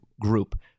group